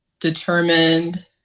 determined